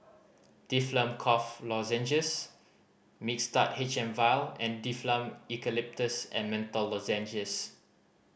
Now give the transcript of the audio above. Difflam Cough Lozenges Mixtard H M Vial and Difflam Eucalyptus and Menthol Lozenges